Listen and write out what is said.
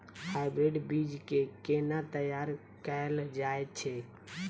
Hybrid बीज केँ केना तैयार कैल जाय छै?